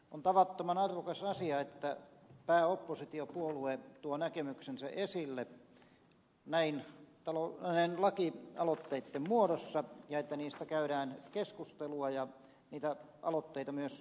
on tavattoman arvokas asia että pääoppositiopuolue tuo näkemyksensä esille näin lakialoitteitten muodossa ja että niistä käydään keskustelua ja niitä aloitteita myös esitellään